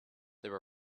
there